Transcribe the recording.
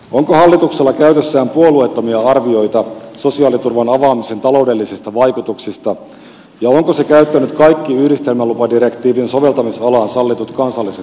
onko hallituksella käytössään puolueettomia arvioita sosiaaliturvan avaamisen taloudellisista vaikutuksista ja onko se käyttänyt kaikki yhdistelmälupadirektiivin soveltamisalassa sallitut kansalliset rajoitukset